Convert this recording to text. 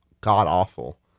god-awful